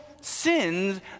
sins